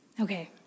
Okay